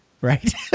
right